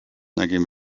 nägin